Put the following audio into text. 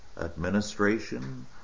administration